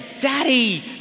Daddy